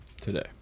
today